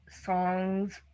songs